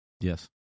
Yes